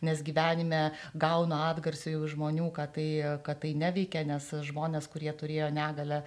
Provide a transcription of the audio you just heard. nes gyvenime gauna atgarsio iš žmonių kad tai kad tai neveikia nes žmonės kurie turėjo negalią